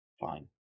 Fine